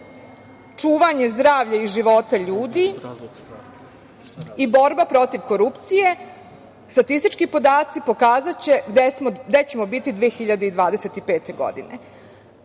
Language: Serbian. čuvanje zdravlja i života ljudi i borba protiv korupcije, statistički podaci pokazaće gde ćemo biti 2025. godine.U